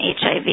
HIV